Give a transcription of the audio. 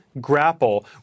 grapple